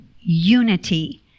unity